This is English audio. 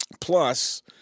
Plus